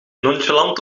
nonchalant